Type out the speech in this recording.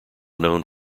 known